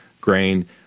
grain